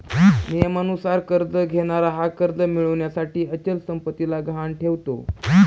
नियमानुसार कर्ज घेणारा हा कर्ज मिळविण्यासाठी अचल संपत्तीला गहाण ठेवतो